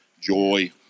joy